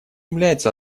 является